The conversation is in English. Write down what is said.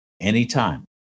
anytime